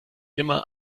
immer